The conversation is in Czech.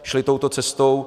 Šli touto cestou.